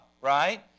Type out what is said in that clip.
right